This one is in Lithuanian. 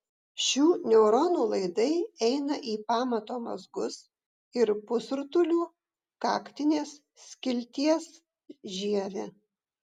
šių neuronų laidai eina į pamato mazgus ir pusrutulių kaktinės skilties žievę